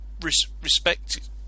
respect